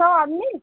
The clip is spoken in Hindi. सौ आदमी